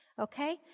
okay